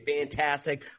fantastic